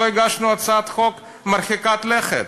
לא הגשנו הצעת חוק מרחיקה לכת.